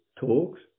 talks